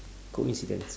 coincidence